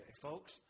Folks